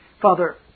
Father